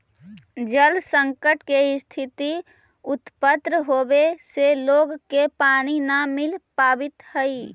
जल संकट के स्थिति उत्पन्न होवे से लोग के पानी न मिल पावित हई